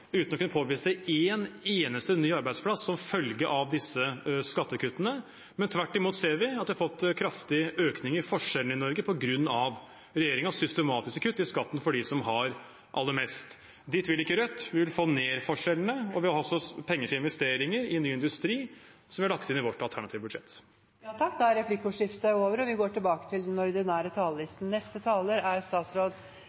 uten å kunne påvise en eneste ny arbeidsplass som følge av disse skattekuttene. Tvert imot ser vi at vi har fått kraftig økning i forskjellene i Norge på grunn av regjeringens systematiske kutt i skatten for dem som har aller mest. Dit vil ikke Rødt, vi vil få ned forskjellene, og vi har også penger til investeringer i ny industri, som vi har lagt inn i vårt alternative budsjett. Replikkordskiftet er over. Norge går godt. Ledigheten er den